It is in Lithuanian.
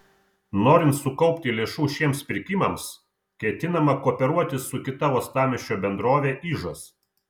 norint sukaupti lėšų šiems pirkimams ketinama kooperuotis su kita uostamiesčio bendrove ižas